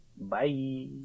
Bye